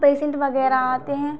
patient वगैरह आते हैं